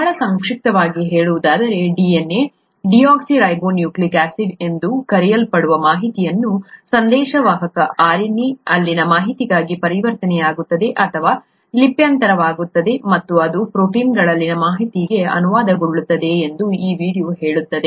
ಬಹಳ ಸಂಕ್ಷಿಪ್ತವಾಗಿ ಹೇಳುವುದಾದರೆ DNA ಡಿಆಕ್ಸಿರೈಬೋನ್ಯೂಕ್ಲಿಯಿಕ್ ಆಸಿಡ್ ಎಂದು ಕರೆಯಲ್ಪಡುವ ಮಾಹಿತಿಯು ಸಂದೇಶವಾಹಕ RNA ಅಲ್ಲಿನ ಮಾಹಿತಿಗೆ ಪರಿವರ್ತನೆಯಾಗುತ್ತದೆ ಅಥವಾ ಲಿಪ್ಯಂತರವಾಗುತ್ತದೆ ಮತ್ತು ಅದು ಪ್ರೋಟೀನ್ಗಳಲ್ಲಿನ ಮಾಹಿತಿಗೆ ಅನುವಾದಗೊಳ್ಳುತ್ತದೆ ಎಂದು ಈ ವೀಡಿಯೊ ಹೇಳುತ್ತದೆ